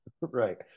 right